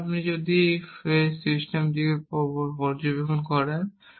এখন আপনি যদি এই ফ্রেজ সিস্টেমটি পর্যবেক্ষণ করেন